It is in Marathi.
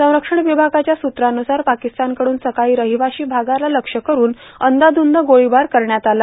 संरक्षण विभागाच्या सूत्रांनुसार पाकिस्तान कडून सकाळी रहिवाशी भागांच्या लक्ष्य करून अंधाधुंद गोळीबार करण्यात आला